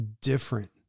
different